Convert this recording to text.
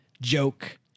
Joke